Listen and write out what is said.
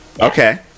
Okay